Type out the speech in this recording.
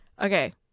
Okay